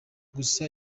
gusa